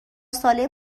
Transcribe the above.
ساله